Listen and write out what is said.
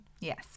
Yes